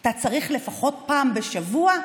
אתה צריך לפחות פעם בשבוע,